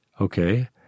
Okay